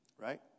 right